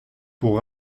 pour